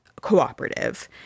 cooperative